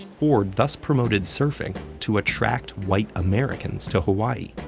ford thus promoted surfing to attract white americans to hawaii,